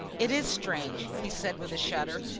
it is strange, he said, with a shudder,